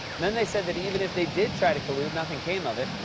then, they said that even if they did try to collude, nothing came of it.